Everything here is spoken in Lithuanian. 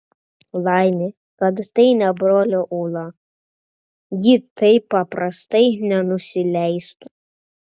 laimė kad tai ne brolio ūla ji taip paprastai nenusileistų